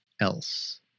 else